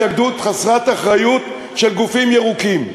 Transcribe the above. בגלל התנגדות חסרת אחריות של גופים ירוקים.